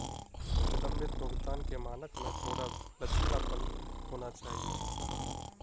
विलंबित भुगतान के मानक में थोड़ा लचीलापन होना चाहिए